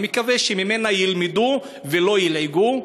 אני מקווה שילמדו ממנה ולא ילעגו.